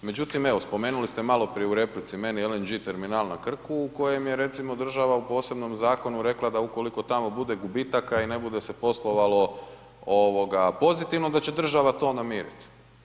Međutim, evo spomenuli ste maloprije u replici meni LNG terminal na Krku u kojem je recimo država u posebnom zakonu rekla da ukoliko tamo bude gubitaka i ne bude se poslovalo pozitivno, da će država to namiriti.